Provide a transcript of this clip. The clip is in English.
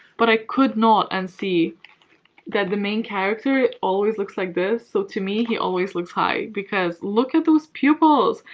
but i could not unsee that the main character always looks like this so, to me, he always looks high because look at those pupils!